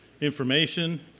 information